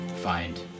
find